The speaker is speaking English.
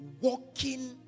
walking